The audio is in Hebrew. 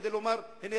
כדי לומר: הנה,